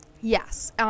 Yes